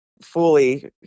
fully